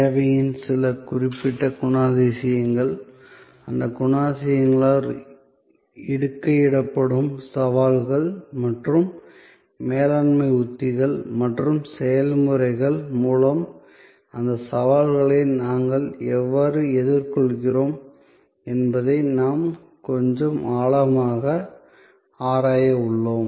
சேவையின் சில குறிப்பிட்ட குணாதிசயங்கள் அந்த குணாதிசயங்களால் இடுகையிடப்படும் சவால்கள் மற்றும் மேலாண்மை உத்திகள் மற்றும் செயல்முறைகள் மூலம் அந்த சவால்களை நாங்கள் எவ்வாறு எதிர்கொள்கிறோம் என்பதை நாம் கொஞ்சம் ஆழமாக ஆராய உள்ளோம்